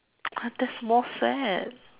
what that's more sad